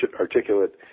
articulate